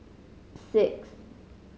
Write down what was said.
six